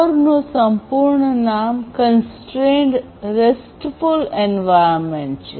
કોરનું સંપૂર્ણ નામ constrained restful environment છે